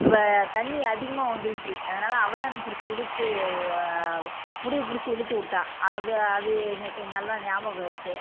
அப்போ தண்ணி அதிகமாக வந்துருச்சு அதனால அவள் தான் என்ன பிடிச்சி இழுத்து ஏ முடியை பிடிச்சி இழுத்து விட்டா அது அது எனக்கு நல்லா ஞாபகம் இருக்கு